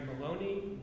Maloney